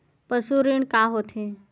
पशु ऋण का होथे?